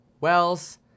Wells